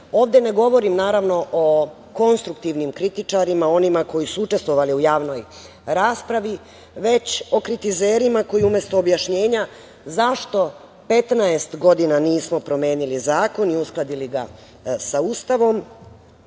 ne govorim, naravno o konstruktivnim kritičarima, onima koji su učestvovali u javnoj raspravi, već o kritizerima koji umesto objašnjenja zašto 15 godina nismo promenili zakon i uskladili ga sa Ustavom,